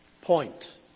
point